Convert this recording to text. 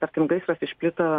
tarkim gaisras išplito